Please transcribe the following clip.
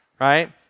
right